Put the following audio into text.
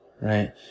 right